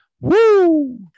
Woo